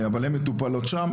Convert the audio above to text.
הן מטופלות שם.